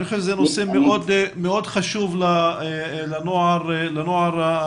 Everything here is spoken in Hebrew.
אני חושב שזה נושא מאוד חשוב לנוער הערבי,